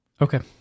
Okay